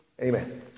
Amen